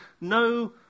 no